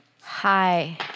Hi